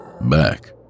back